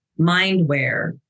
mindware